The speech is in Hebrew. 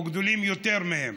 או גדולים יותר מהם.